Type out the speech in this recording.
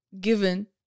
given